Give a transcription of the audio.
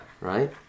Right